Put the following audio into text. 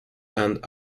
and